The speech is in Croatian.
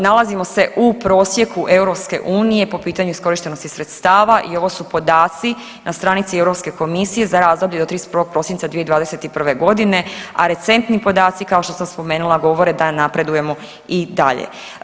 Nalazimo se u prosjeku EU po pitanju iskorištenosti sredstava i ovo su podaci na stranici Europske komisije za razdoblje do 31. prosinca 2021. godine, a recentni podaci kao što sam spomenula govore da napredujemo i dalje.